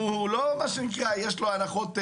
הוא לא, מה שנקרא, יש לו הנחות סלב.